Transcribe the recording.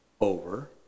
over